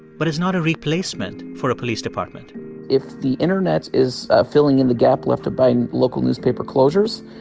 but it's not a replacement for a police department if the internet is ah filling in the gap left by and local newspaper closures,